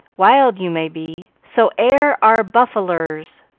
wild you may be so air our buffalers.